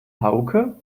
hauke